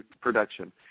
production